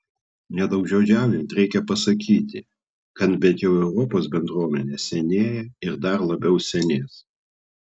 nedaugžodžiaujant reikia pasakyti kad bent jau europos bendruomenė senėja ir dar labiau senės